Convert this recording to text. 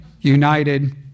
united